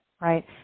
right